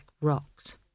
rocks